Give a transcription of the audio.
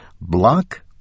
block